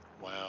Wow